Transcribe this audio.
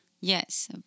Yes